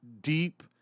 deep